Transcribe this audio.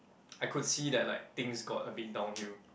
I could see that like things got a bit downhill